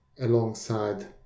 alongside